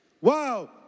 Wow